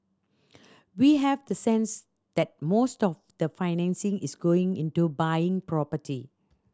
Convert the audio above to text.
we have the sense that most of the financing is going into buying property